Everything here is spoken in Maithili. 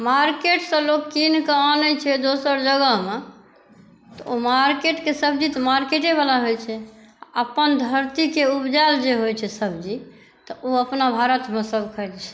मार्केटसॅं लोक किनके अनै छै दोसर जगहमे ओ मार्केटके सब्ज़ी तऽ मार्केटेंवला होइ छै अपन धरतीके उपजल जे होइ छै सब्ज़ी तऽ ओ अपना भारतमे सभ खाइ छै